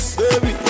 baby